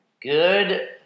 Good